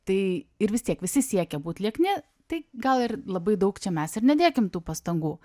tai ir vis tiek visi siekia būt liekni tai gal ir labai daug čia mes ir nedėkim tų pastangų